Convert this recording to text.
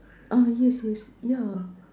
ah yes yes ya